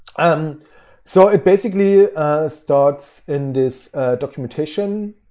um so it basically starts in this documentation.